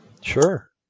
Sure